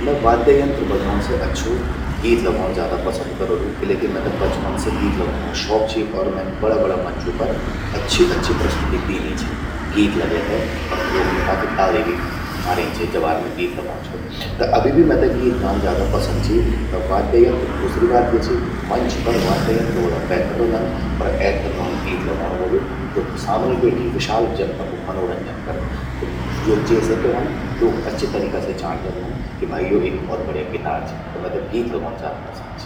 मैं वाद्य यंत्र बजौण से अच्छू गीत लगौण ज्यादा पसंद करोलु। किले कि मैते बचपन से गीत लगौणों शौक चि और मौन बड़ा बड़ा मंचूं पर अच्छी अच्छी प्रस्तुति दीन्यीं छिन। गीत लगै ते और ल्वोखूंन काफी ताली भी मारिन छे जबार मैं गीत लगौंद छो। त अभि भि मेते गीत गाण ज्यादा पसंद चि, मैं वाद्य यंत्र दुसरि बात या चि मंच पर वाद्य यंत्र वला पैथर रौंदन और एथर रौंद गीत लगौंण वलु। ज्वो सामणि बैठ्यीं विशाल जनता कु मनोरंजन करद। त जेसे क्या व्हंद लोग अच्छी तरीका से जाण द्योंदन, कि भाई यो एक भौत बढ़िया गितार चि। त मेते गीत लगौंण ज्यादा पसंद चि।